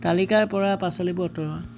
তালিকাৰ পৰা পাচলিবোৰ আঁতৰোৱা